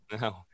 No